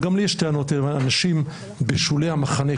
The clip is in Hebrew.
וגם לי יש טענות אל אנשים בשולי המחנה,